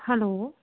hello